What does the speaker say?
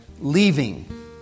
leaving